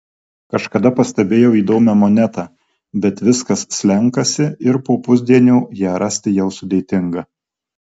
kažkada pastebėjau įdomią monetą bet viskas slenkasi ir po pusdienio ją rasti jau sudėtinga